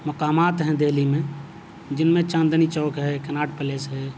مقامات ہیں دہلی میں جن میں چاندنی چوک ہے کناٹ پیلس ہے